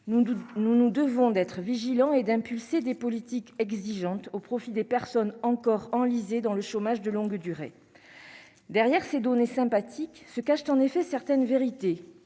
nous nous devons d'être vigilant et d'impulser des politiques exigeante au profit des personnes encore enlisées dans le chômage de longue durée, derrière ces données sympathique se cache en effet certaines vérités